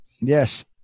Yes